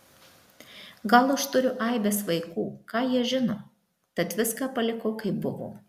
gal aš turiu aibes vaikų ką jie žino tad viską palikau kaip buvo